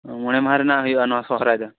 ᱢᱚᱬᱮ ᱢᱟᱦᱟ ᱨᱮᱱᱟᱜ ᱦᱩᱭᱩᱜᱼᱟ ᱱᱚᱣᱟ ᱥᱚᱨᱦᱟᱭ ᱫᱚ